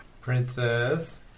Princess